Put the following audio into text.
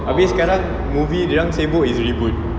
abeh sekarang movie dorang sibuk is reboot